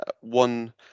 one